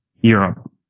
Europe